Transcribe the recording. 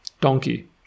donkey